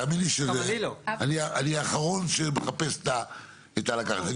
תאמין לי שאני האחרון שמחפש את הלקחת.